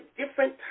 different